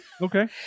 Okay